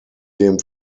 dem